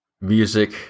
music